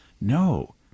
no